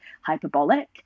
hyperbolic